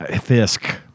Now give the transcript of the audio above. Fisk